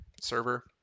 server